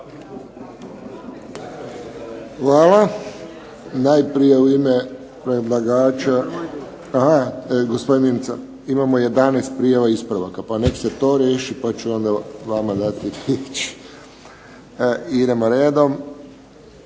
Hvala. Najprije u ime predlagača. Gosopdin Mimica, imamo 11 prijava ispravaka, pa nek se to riješi, pa ću onda vama dati riječ. Idemo redom.